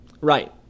Right